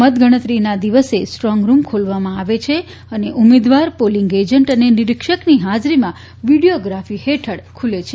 મતગણતરીના દિવસે સ્ટ્રોંગરૂમ ખોલવામાં આવે છે અને ઉમેદવાર પોલીંગ એજન્ટ અને નિરીક્ષકની હાજરીમાં વીડીયોગ્રાફી હેઠળ ખ્રલે છે